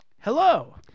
Hello